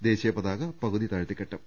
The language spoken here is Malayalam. ദേശീയ പതാക പകുതി താഴ്ത്തിക്കെട്ടും